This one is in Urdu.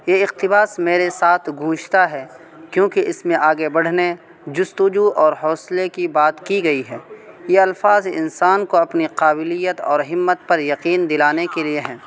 یہ اقتباس میرے ساتھ گونجتا ہے کیونکہ اس میں آگے بڑھنے جستجو اور حوصلے کی بات کی گئی ہے یہ الفاظ انسان کو اپنی قابلیت اور ہمت پر یقین دلانے کے لیے ہیں